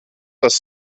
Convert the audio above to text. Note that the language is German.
dass